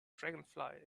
dragonfly